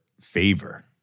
favor